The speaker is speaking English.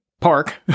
park